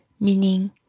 meaning